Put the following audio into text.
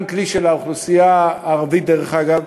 גם כלי של האוכלוסייה הערבית, דרך אגב.